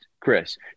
Chris